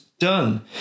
done